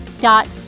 dot